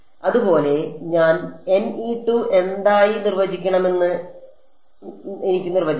അതുപോലെ ഞാൻ എന്തായി നിർവചിക്കണമെന്ന് എനിക്ക് നിർവചിക്കാം